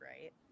Right